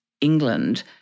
England